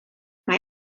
mae